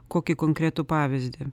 kokį konkretų pavyzdį